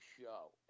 show